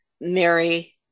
Mary